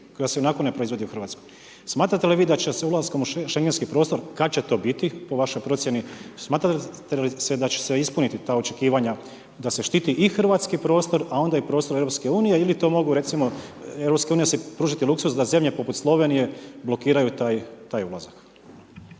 koja se ionako ne proizvodi u Hrvatskoj. Smatrate li vi da će se ulaskom u Šengenski prostor, kad će to biti po vašoj procjeni, smatrate li da će ispuniti ta očekivanja da se štiti i hrvatski prostor, a onda i prostor Europske unije ili to mogu recimo Europska unija si pružiti luksuz da zemlje poput Slovenije blokiraju taj ulazak.